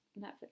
Netflix